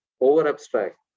over-abstract